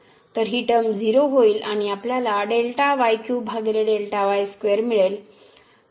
तर ही टर्म 0 होईल आणि आपल्याला मिळेल